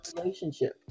relationship